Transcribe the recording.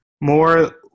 more